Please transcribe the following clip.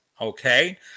okay